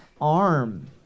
arm